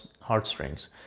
heartstrings